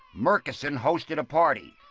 murchison hosted a party.